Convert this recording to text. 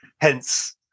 Hence